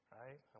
right